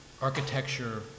architecture